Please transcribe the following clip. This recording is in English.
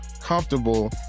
comfortable